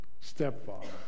stepfather